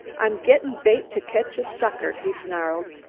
i'm gettin' bait to catch a sucker, he snarled.